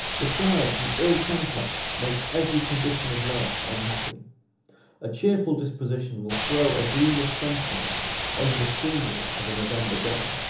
besides, an ill temper makes every condition of life unhappy a cheerful disposition will throw a gleam of sunshine over the scenery of a november day.